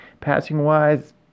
Passing-wise